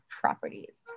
properties